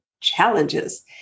challenges